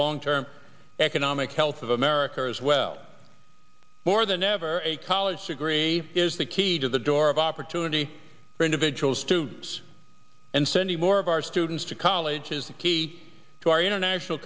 long term economic health of america as well more than ever a college degree is the key to the door of opportunity for individuals to choose and sending more of our students to college is the key to our international